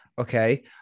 Okay